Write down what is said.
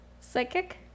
Psychic